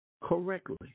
correctly